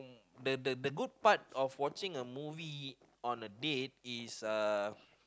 the the the good part of watching a movie on a date is uh